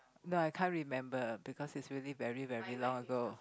no I can't remember because it's really very very long ago